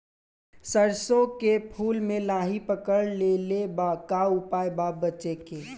सरसों के फूल मे लाहि पकड़ ले ले बा का उपाय बा बचेके?